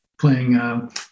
playing